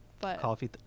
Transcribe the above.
Coffee